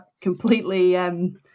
completely